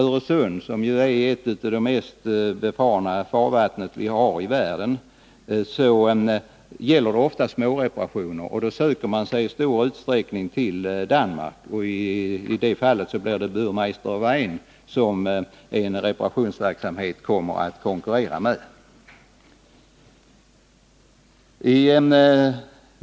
Öresund är ett av de mest befarna farvatten vi har i världen, och i det området gäller det oftast småreparationer. Då söker man sig i stor utsträckning till Danmark och till Burmeister & Wain, och det blir alltså reparationsverksamheten där som man kommer att konkurrera med.